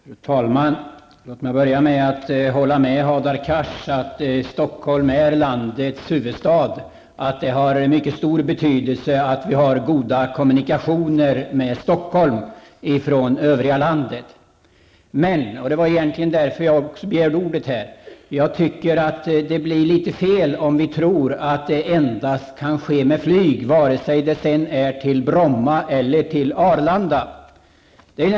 Fru talman! Låt mig börja med att hålla med Hadar Cars om att Stockholm är landets huvudstad, och att det har mycket stor betydelse att vi i övriga landet har goda kommunikationer med Stockholm. Men, och det var egentligen därför jag begärde ordet, jag tycker att det blir litet fel om vi tror att kommunikationen endast kan ske med flyg, vare sig det gäller till Bromma eller till Arlanda.